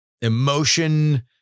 emotion